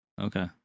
Okay